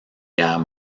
guerre